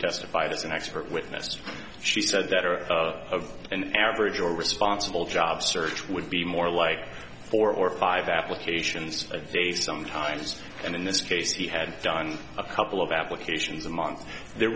testified as an expert witness she said that her of an average or responsible job search would be more like four or five applications a day sometimes and in this case he had done a couple of applications a month there